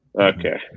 Okay